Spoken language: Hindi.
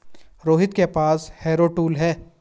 रोहित के पास हैरो टूल है